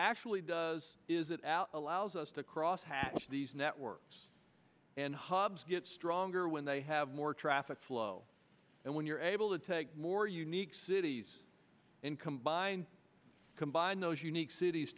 actually does is it out allows us to crosshatch these networks and hobbs gets stronger when they have more traffic flow and when you're able to take more unique cities and combine combine those unique cities